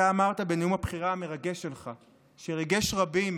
אתה אמרת בנאום הבחירה המרגש שלך, שריגש רבים,